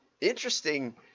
interesting